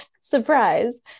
surprise